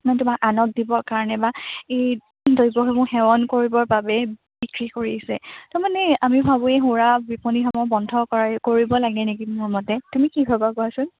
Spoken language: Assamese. মানে তোমাৰ আনক দিবৰ কাৰণে বা এই দ্ৰব্যসমূহ সেৱন কৰিবৰ বাবেই বিক্ৰী কৰিছে ত' মানে আমি ভাবোঁ এই সুৰা বিপণীসমূহ বন্ধ কৰা কৰিব লাগে নেকি মোৰমতে তুমি কি ভাৱা কোৱাচোন